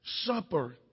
supper